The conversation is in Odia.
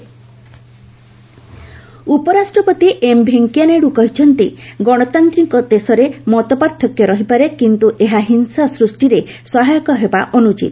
ଭାଇସ୍ ପ୍ରେସିଡେଣ୍ଟ ପିସ୍ ଉପରାଷ୍ଟ୍ରପତି ଭେଙ୍କୟାନାଇଡୁ କହିଛନ୍ତି ଗଣତାନ୍ତ୍ରିକ ଦେଶରେ ମତପାର୍ଥକ୍ୟ ରହିପାରେ କିନ୍ତୁ ଏହା ହିଂସା ସୃଷ୍ଟିରେ ସହାୟକ ହେବା ଅନୁଚିତ